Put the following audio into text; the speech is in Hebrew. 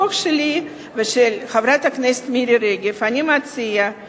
בחוק שלי ושל חברת הכנסת מירי רגב אנחנו מציעות